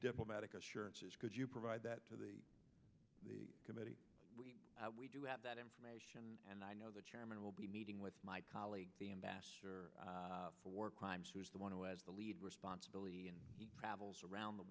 diplomatic assurances could you provide that to the the committee we do have that information and i know the chairman will be meeting with my colleague the ambassador for war crimes who is the one who has the lead responsibility and travels around the